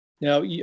Now